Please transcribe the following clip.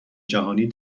جهانی